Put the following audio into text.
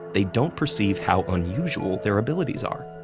they don't perceive how unusual their abilities are.